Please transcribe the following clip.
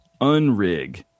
Unrig